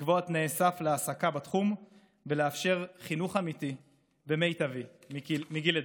לקבוע תנאי סף להעסקה בתחום ולאפשר חינוך אמיתי ומיטבי מגיל לידה.